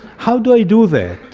how do i do that,